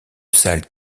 salle